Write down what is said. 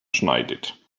schneidet